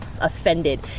offended